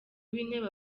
w’intebe